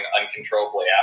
uncontrollably